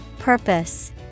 Purpose